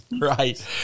right